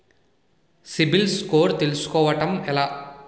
CIBIL score తెల్సుకోటం ఎలా?